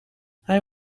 hij